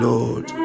Lord